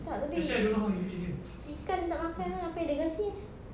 tak tapi ikan dia tak makan ah apa yang dia kasih